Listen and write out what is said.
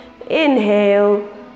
Inhale